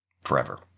forever